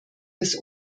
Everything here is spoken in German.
des